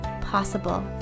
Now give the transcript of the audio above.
possible